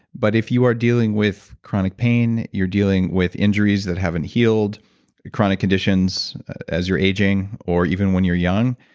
but if you are dealing with chronic pain, you're dealing with injuries that haven't healed, your chronic conditions as you're aging or even when you're young,